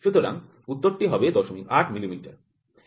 সুতরাং উত্তরটি হবে ০৮০ মিলিমিটার